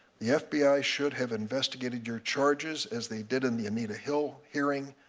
the fbi should have investigated your charges as they did in the anita hill hearing,